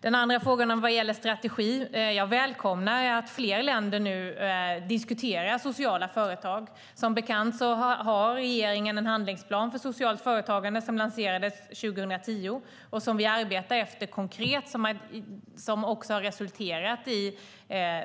Den andra frågan gällde strategin. Jag välkomnar att fler länder nu diskuterar sociala företag. Som bekant har regeringen en handlingsplan för socialt företagande som lanserades 2010 och som vi arbetar efter konkret och som också har resulterat i